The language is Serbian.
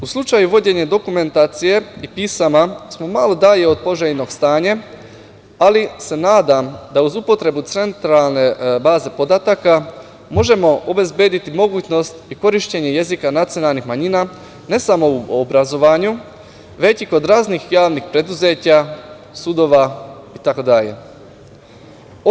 U slučaju vođenja dokumentacije i pisama smo malo dalje od poželjnog stanja, ali se nadam da uz upotrebu centralne baze podataka možemo obezbediti mogućnost korišćenja jezika nacionalnih manjina ne samo u obrazovanju, već i kod raznih javnih preduzeća, sudova i tako dalje.